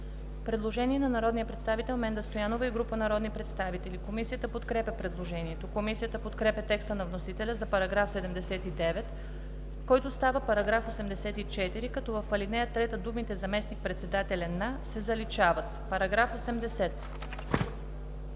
предложение на народния представител Менда Стоянова и група народни представители. Комисията подкрепя предложението. Комисията подкрепя текста на вносителя за § 43, който става § 45, като в ал. 3 думите „заместник-председателя на“ се заличават. Комисията